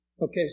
Okay